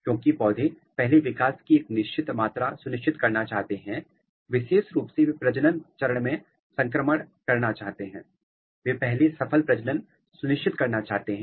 क्योंकि पौधे पहले विकास की एक निश्चित मात्रा सुनिश्चित करना चाहते हैं विशेष रूप से वे प्रजनन चरण में संक्रमण करना चाहते हैं वे पहले सफल प्रजनन सुनिश्चित करना चाहते हैं